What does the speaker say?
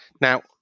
Now